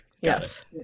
Yes